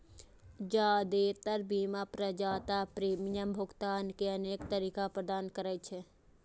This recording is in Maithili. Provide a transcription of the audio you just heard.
जादेतर बीमा प्रदाता प्रीमियम भुगतान के अनेक तरीका प्रदान करै छै